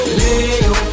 leo